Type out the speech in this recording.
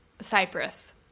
Cyprus